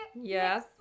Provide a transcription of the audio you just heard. yes